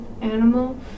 animal